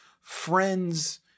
friends